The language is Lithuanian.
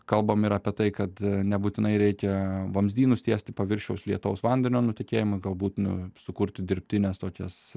kalbam ir apie tai kad nebūtinai reikia vamzdynus tiesti paviršiaus lietaus vandenio nutekėjimą galbūt sukurti dirbtines tokias